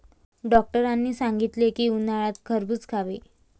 डॉक्टरांनी सांगितले की, उन्हाळ्यात खरबूज खावे